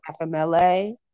FMLA